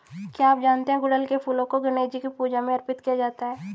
क्या आप जानते है गुड़हल के फूलों को गणेशजी की पूजा में अर्पित किया जाता है?